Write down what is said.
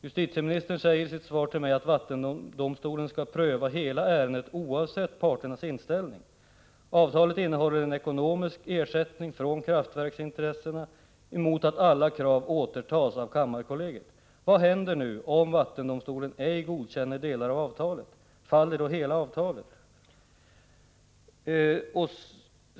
Justitieministern säger i sitt svar till mig att vattendomstolen skall pröva hela ärendet, oavsett parternas inställning. Avtalet innehåller en ekonomisk ersättning från kraftverksintressena om alla krav återtas av kammarkollegiet. Vad händer om vattendomstolen ej godkänner delar av avtalet? Faller hela avtalet?